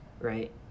right